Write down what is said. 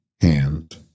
hand